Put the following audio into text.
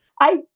I-